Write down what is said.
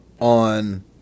on